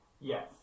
yes